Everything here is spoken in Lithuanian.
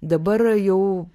dabar jau